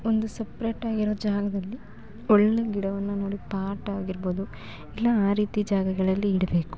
ಒಂದು ಸಪ್ರೇಟಾಗಿರೊ ಜಾಗದಲ್ಲಿ ಒಳ್ಳೆಯ ಗಿಡವನ್ನು ನೋಡಿ ಪಾಟಾಗಿರ್ಬೋದು ಇಲ್ಲ ಆ ರೀತಿ ಜಾಗಗಳಲ್ಲಿ ಇಡಬೇಕು